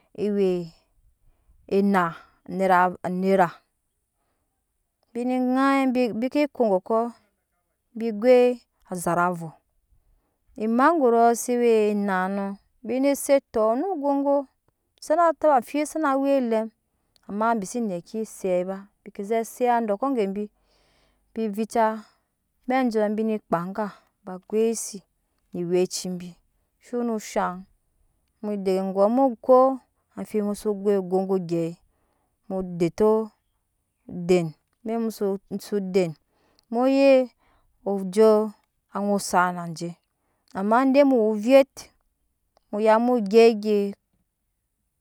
Ewe ena anera anera bine ŋii bike ko gəkɔ bi goi azat avo emagboro ze we enanɔ bine se tɔk no ogogo sanata amfbi sana we elem amma bi se neki ze ba bine seya dɔkɔ gebi bi vica amɛkjo bi goise ne wecib zhone shan dege gɔɔ mu ko amffibi mu so goi ngogo gye mu de tɔ mu den amɛk muso muse den muye fuji anaa osak na je amma de mu wo vey muya mu gyɛp ege